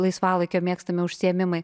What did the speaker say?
laisvalaikio mėgstami užsiėmimai